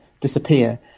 Disappear